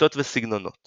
שיטות וסגנונות